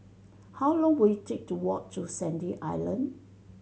how long will it take to walk to Sandy Island